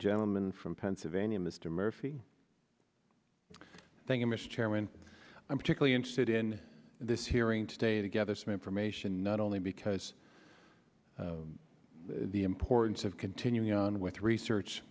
gentleman from pennsylvania mr murphy thank you mr chairman i'm particularly interested in this hearing today to gather some information not only because the importance of continuing on with research